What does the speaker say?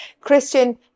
Christian